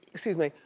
excuse me,